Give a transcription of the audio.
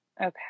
okay